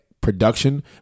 production